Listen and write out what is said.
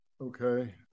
okay